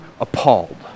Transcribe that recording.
appalled